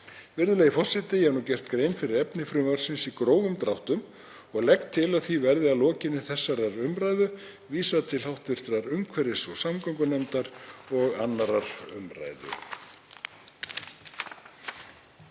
Virðulegi forseti. Ég hef nú gert grein fyrir efni frumvarpsins í grófum dráttum og legg til að því verði að lokinni þessari umræðu vísað til hv. umhverfis- og samgöngunefndar og 2. umr.